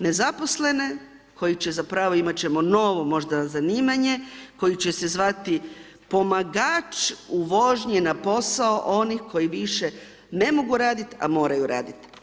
Nezaposlene koji će zapravo, imati ćemo novo možda zanimanje, koje će se zvati pomagač u vožnji na posao onih koji više ne mogu raditi a moraju raditi.